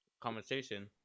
conversation